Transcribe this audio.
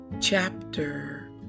chapter